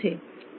closed কী